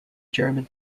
german